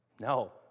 No